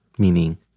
Meaning